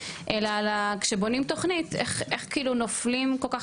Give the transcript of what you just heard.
אלא על כשבונים תוכנית איך כאילו נופלים כל כך